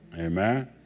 Amen